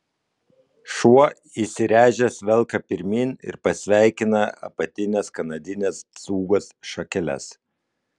šuo įsiręžęs velka pirmyn ir pasveikina apatines kanadinės cūgos šakeles